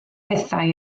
hithau